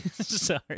Sorry